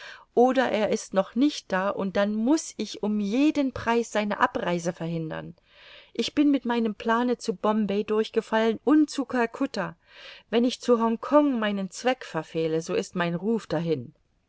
oder er ist noch nicht da und dann muß ich um jeden preis seine abreise verhindern ich bin mit meinem plane zu bombay durchgefallen und zu calcutta wenn ich zu hongkong meinen zweck verfehle so ist mein ruf dahin